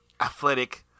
athletic